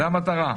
זאת המטרה.